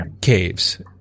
caves